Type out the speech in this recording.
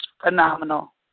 phenomenal